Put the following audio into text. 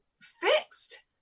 fixed